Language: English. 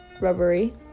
rubbery